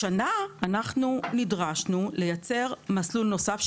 השנה אנחנו נדרשנו לייצר מסלול נוסף.